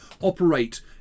operate